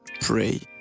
Pray